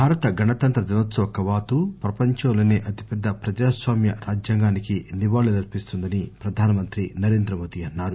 భారత గణతంత్ర దినోత్సవ కవాతు ప్రపంచంలోనే అతి పెద్ద ప్రజాస్వామ్య రాజ్యాంగానికి నివాళులర్పిస్తుందని ప్రధానమంత్రి నరేంద్రమోది అన్నారు